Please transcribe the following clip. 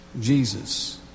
Jesus